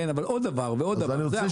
אבל עוד דבר ועוד דבר,